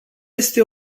este